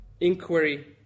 inquiry